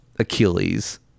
achilles